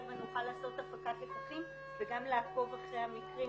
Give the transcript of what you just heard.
ונוכל לעשות הפקת לקחים וגם לעקוב אחר המקרים.